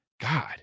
god